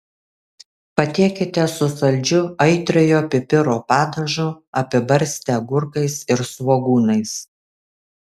patiekite su saldžiu aitriojo pipiro padažu apibarstę agurkais ir svogūnais